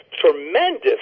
tremendous